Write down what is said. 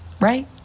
right